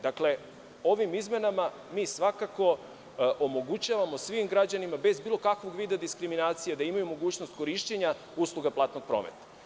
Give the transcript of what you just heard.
Dakle, ovim izmenama mi svakako omogućavamo svim građanima bez bilo kakvog vida diskriminacije da imaju mogućnost korišćenja usluga platnog prometa.